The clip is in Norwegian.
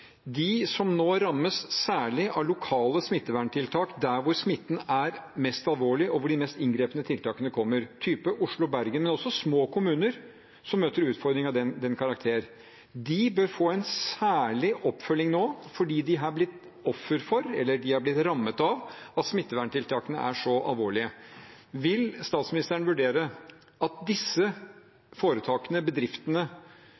De som nå rammes særlig av lokale smitteverntiltak der smitten er mest alvorlig, og der de mest inngripende tiltakene kommer, type Oslo og Bergen, men også små kommuner som møter utfordringer av den karakter, bør få en særlig oppfølging nå, for de har blitt offer for, eller rammet av, at smitteverntiltakene er så alvorlige. Vil statsministeren vurdere at